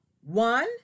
One